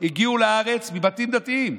הן הגיעו לארץ, מבתים דתיים.